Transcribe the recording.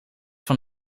van